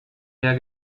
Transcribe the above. der